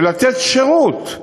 ולתת שירות.